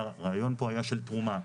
הרעיון פה היה של תרומה.